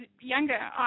younger